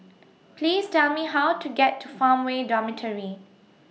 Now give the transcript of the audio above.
Please Tell Me How to get to Farmway Dormitory